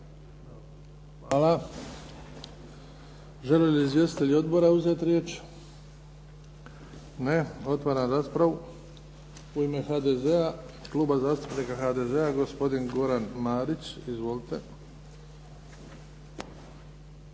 Hvala. Želi li izvjestitelji odbora uzeti riječ? Ne. Otvaram raspravu. U ime Kluba zastupnika HDZ-a gospodin zastupnik Goran Marić. Izvolite.